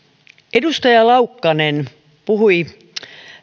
edustaja laukkanen puhui